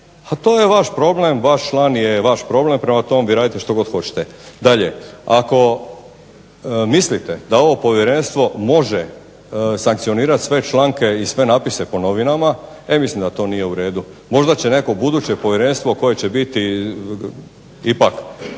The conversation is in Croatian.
to je vaš problem vaš član je vaš problem, prema tome vi radite što god hoćete. Dalje, ako mislite da ovo povjerenstvo može sankcionirati sve članke i sve napise po novinama, e mislim da to nije uredu. Možda će buduće povjerenstvo koje će biti ipak